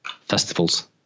festivals